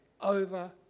over